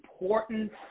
important